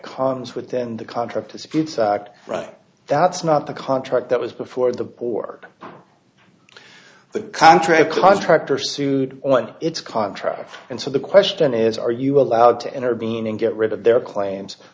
khans within the contract disputes act right that's not the contract that was before the board the contract contractor sued on its contract and so the question is are you allowed to enter benin get rid of their claims